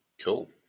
Cool